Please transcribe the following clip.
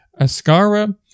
Ascara